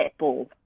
netball